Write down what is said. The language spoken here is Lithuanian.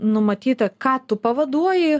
numatyta ką tu pavaduoji